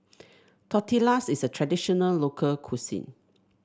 tortillas is a traditional local cuisine